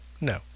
no